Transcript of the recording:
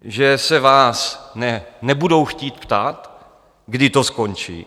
Že se vás nebudou chtít ptát, kdy to skončí?